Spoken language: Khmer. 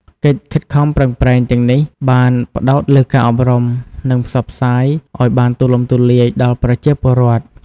កិច្ចខិតខំប្រឹងប្រែងទាំងនេះបានផ្តោតលើការអប់រំ និងផ្សព្វផ្សាយឲ្យបានទូលំទូលាយដល់ប្រជាពលរដ្ឋ។